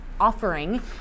offering